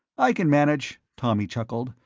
i can manage, tommy chuckled,